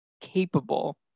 capable